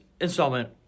installment